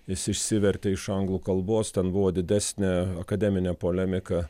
jis išsivertė iš anglų kalbos ten buvo didesnė akademinė polemika